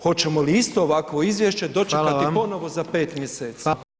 Hoćemo li isto ovakvo izvješće dočekati ponovo [[Upadica: Hvala vam.]] za 5 mjeseci?